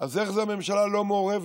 אז איך זה שהממשלה לא מעורבת?